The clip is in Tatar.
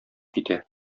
китә